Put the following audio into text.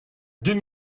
deux